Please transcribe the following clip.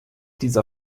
dieser